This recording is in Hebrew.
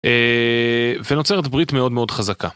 ונוצרת ברית מאוד מאוד חזקה.